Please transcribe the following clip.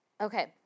Okay